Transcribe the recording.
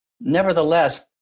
nevertheless